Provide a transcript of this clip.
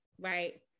Right